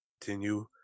continue